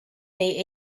they